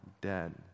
dead